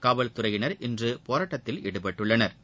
காவல்துறையினா் இன்று போராட்டத்தில் ஈடுபட்டுள்ளனா்